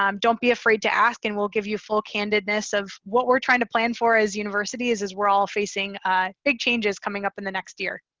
um don't be afraid to ask and we'll give you full candidness of what we're trying to plan for as universities is we're all facing big changes coming up in the next year.